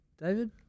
David